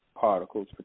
particles